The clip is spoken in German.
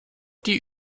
die